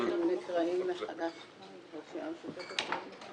הם לא נקראים הרשימה המשותפת.